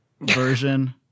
version